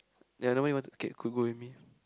ya nobody want to can could go with me